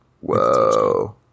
Whoa